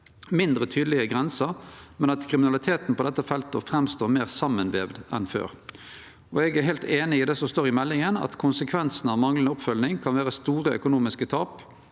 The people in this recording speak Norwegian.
mindre tydelege grenser, men at kriminaliteten på dette feltet framstår meir samanvoven enn før. Eg er heilt einig i det som står i meldinga, om at konsekvensane av manglande oppfølging kan vere store økonomiske tap